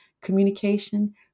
communication